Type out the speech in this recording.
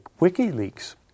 WikiLeaks